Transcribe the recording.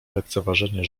lekceważenie